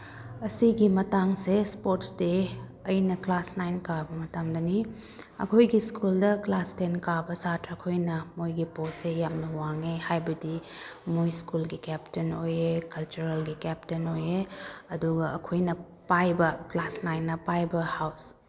ꯑꯁꯤꯒꯤ ꯃꯇꯥꯡꯁꯦ sports day ꯑꯩꯅ ꯀ꯭ꯂꯥꯁ ꯅꯥꯏꯟ ꯀꯥꯕ ꯃꯇꯝꯗꯅꯤ ꯑꯩꯈꯣꯏꯒꯤ ꯁ꯭ꯀꯨꯜꯗ ꯀ꯭ꯂꯥꯁ ꯇꯦꯟ ꯀꯥꯕ ꯁꯥꯇ꯭ꯔꯈꯣꯏꯅ ꯃꯣꯏꯒꯤ ꯄꯣꯁꯁꯦ ꯌꯥꯝꯅ ꯋꯥꯡꯉꯦ ꯍꯥꯏꯕꯗꯤ ꯃꯣꯏ ꯁ꯭ꯀꯨꯜꯒꯤ ꯀꯦꯞꯇꯦꯟ ꯑꯣꯏꯌꯦ ꯀꯜꯆꯔꯦꯜꯒꯤ ꯀꯦꯞꯇꯦꯟ ꯑꯣꯏꯌꯦ ꯑꯗꯨꯒ ꯑꯩꯈꯣꯏꯅ ꯄꯥꯏꯕ ꯀ꯭ꯂꯥꯁ ꯅꯥꯏꯟꯅ ꯄꯥꯏꯕ ꯍꯥꯎꯁ